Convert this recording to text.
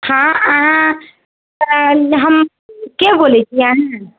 हॅं अहाँ के बोलै छी अहाँ